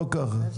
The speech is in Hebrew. אגב,